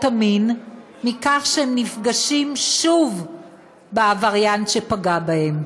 מין מכך שהם נפגשים שוב עם העבריין שפגע בהם.